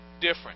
different